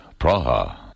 Praha